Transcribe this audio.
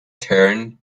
turn